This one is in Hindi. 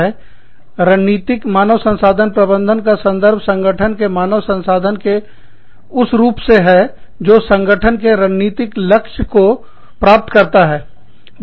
रणनीतिकरणनीति संबंधी मानव संसाधन प्रबंधन का संदर्भ संगठन के मानव संसाधन के उस रूप से है जो संगठन के रणनीतिक लक्ष्य को प्राप्त करता है